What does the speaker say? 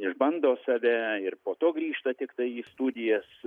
išbando save ir po to grįžta tiktai į studijas